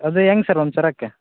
ಅದೇ ಹೆಂಗ್ ಸರ್ ಒಂದು ಸರಕ್ಕೆ